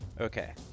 Okay